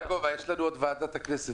יעקב, יש לנו עוד ועדת הכנסת.